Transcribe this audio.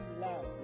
love